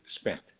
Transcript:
spent